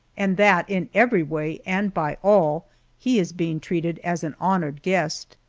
and that in every way and by all he is being treated as an honored guest.